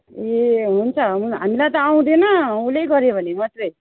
ए हुन्छ हुन हामीलाई त आउँदैन उसले गर्यो भने मात्रै